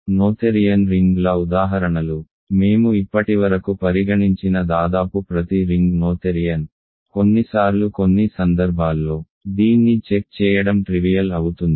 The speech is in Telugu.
నోథెరియన్ రింగ్ల ఉదాహరణలు మేము ఇప్పటివరకు పరిగణించిన దాదాపు ప్రతి రింగ్ నోథెరియన్ కొన్నిసార్లు కొన్ని సందర్భాల్లో దీన్ని చెక్ చేయడం ట్రివియల్ అవుతుంది